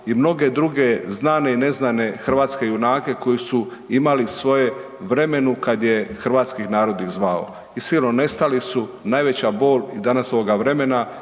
i mnoge druge znane i neznane hrvatske junake koji su imali svoje vremenu kada ih je hrvatski narod zvao. I sigurno nestali su najveća bol i danas ovoga vremena,